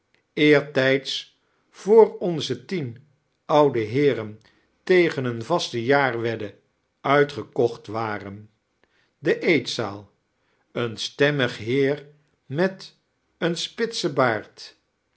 eertrjds voor ojrae tien oude heeren tegen eene vaste jaarwedde uitgekocht waren de eetzaal een stemmig heer met een spttwen baaed